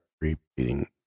repeating